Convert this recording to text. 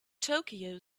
tokyo